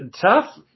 tough